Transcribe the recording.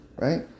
right